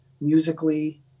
musically